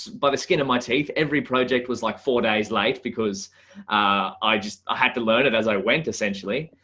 by the skin of my teeth, every project was like four days late, because i just ah had to learn it as i went essentially.